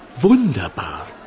wunderbar